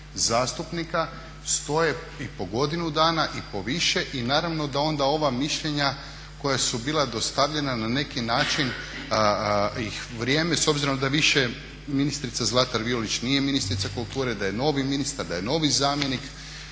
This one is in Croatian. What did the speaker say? zastupnika stoje i po godinu dana i po više i naravno da onda ova mišljenja koja su bila dostavljena na neki način ih vrijeme s obzirom da više ministrica Zlatar-Violić nije ministrica kulture da je novi ministar, da je novi zamjenik